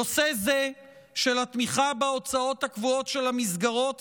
נושא זה של התמיכה בהוצאות הקבועות של המסגרות